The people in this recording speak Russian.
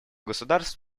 государств